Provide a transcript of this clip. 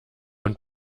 und